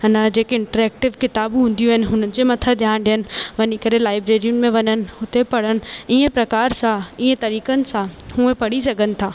हिन जेके इनट्रेक्टिव किताबूं हूंदियूं आहिनि हुननि जे मथा ध्यान ॾियनि वञी करे लाइब्रीरियुनि में वञनि हुते पढ़नि ईअं प्रकार सां ईअं तरीक़नि सां उहे पढ़ी सघनि था